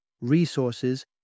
resources